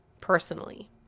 personally